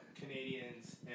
Canadians